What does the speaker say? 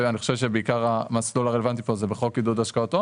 שאני חושב שבעיקר המסלול הרלוונטי פה זה בחוק עידוד השקעות הון.